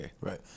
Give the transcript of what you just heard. Right